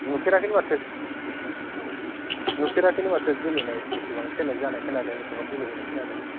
नुफेराखैनो माथो नुफेराखैनो माथो गेलेनाय एसेबां सेलेक्ट जानाय खोनादों एसेबां गेलेहैनाय खोनादों